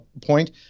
point